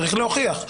צריך להוכיח.